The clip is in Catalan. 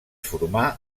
formà